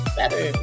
better